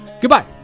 Goodbye